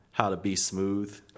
how-to-be-smooth